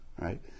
right